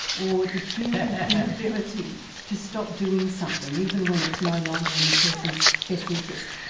or the human inability to stop doing something, even when it's no longer in the person's best interest.